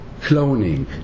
cloning